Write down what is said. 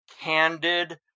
candid